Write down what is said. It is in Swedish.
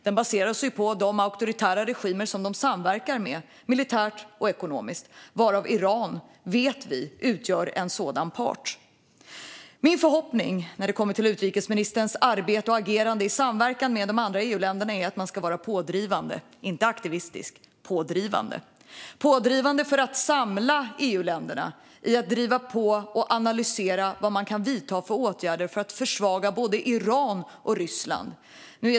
Den baserar sig på de auktoritära regimer som Ryssland samverkar med militärt och ekonomiskt, och vi vet att Iran utgör en sådan part. Min förhoppning när det gäller utrikesministerns arbete och agerande i samverkan med de andra EU-länderna är att man ska vara pådrivande - inte aktivistisk utan pådrivande. Pådrivande för att samla EU-länderna i att analysera vad man kan vidta för åtgärder för att försvaga både Iran och Ryssland.